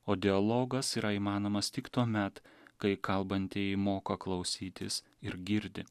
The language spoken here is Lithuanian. o dialogas yra įmanomas tik tuomet kai kalbantieji moka klausytis ir girdi